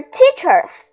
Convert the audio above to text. teachers